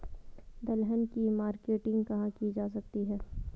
दलहन की मार्केटिंग कहाँ की जा सकती है?